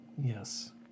yes